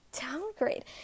downgrade